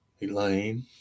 Elaine